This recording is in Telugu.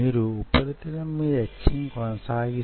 అప్పుడు కణాలు ఆ ప్రదేశంలో చెదురు మదురుగా ఎదగవు